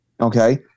Okay